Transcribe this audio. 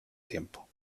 tiempo